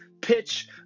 Pitch